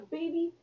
baby